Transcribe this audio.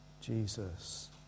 Jesus